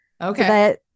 okay